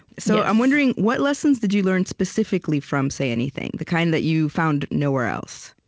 so i'm wondering, what lessons did you learn, specifically, from say anything the kind that you found nowhere else?